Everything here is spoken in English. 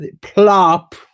Plop